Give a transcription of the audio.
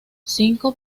cinco